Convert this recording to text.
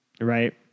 Right